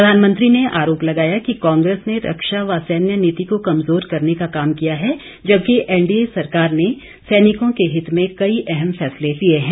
प्रधानमंत्री ने आरोप लगाया कि कांग्रेस ने रक्षा व सैन्य नीति को कमजोर करने का काम किया है जबकि एनडीए सरकार ने सैनिकों के हित में कई अहम फैसले लिए हैं